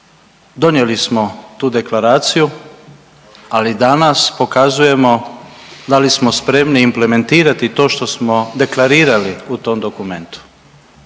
donijeli smo tu deklaraciju, ali danas pokazujemo da li smo spremni implementirati to što smo deklarirali u tom dokumentu